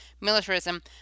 militarism